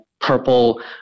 purple